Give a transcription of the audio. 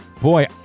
Boy